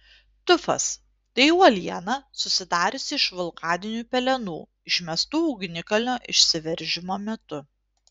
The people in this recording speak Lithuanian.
tufas tai uoliena susidariusi iš vulkaninių pelenų išmestų ugnikalnio išsiveržimo metu